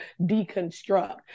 deconstruct